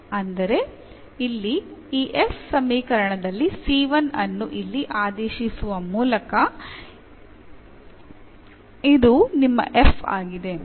ಅಂದರೆ ಇಲ್ಲಿ ಈ f ಸಮೀಕರಣದಲ್ಲಿ ಅನ್ನು ಇಲ್ಲಿ ಆದೇಶಿಸುವ ಮೂಲಕ ಇದು ನಿಮ್ಮ f ಆಗಿದೆ